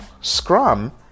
Scrum